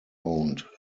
owned